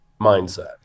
mindset